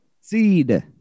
seed